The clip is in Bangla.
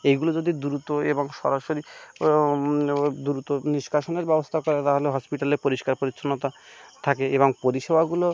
এইগুলো যদি দ্রুত এবং সরাসরি ও দ্রুত নিষ্কাশনের ব্যবস্থা করে তাহলে হসপিটালে পরিষ্কার পরিচ্ছন্নতা থাকে এবং পরিষেবাগুলো